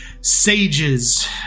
Sages